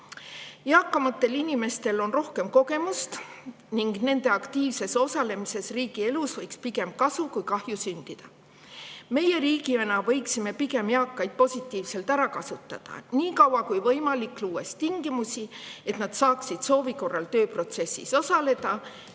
Eakamatel inimestel on rohkem kogemust ning nende aktiivsest osalemisest riigielus võiks pigem kasu kui kahju sündida. Riigina võiksime me eakaid pigem positiivselt ära kasutada nii kaua kui võimalik, luues tingimusi, et nad saaksid soovi korral tööprotsessis osaleda,